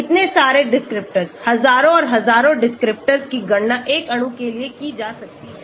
इतने सारे descriptors हजारों और हजारों descriptors की गणना एक अणु के लिए की जा सकती है